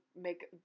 make